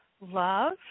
love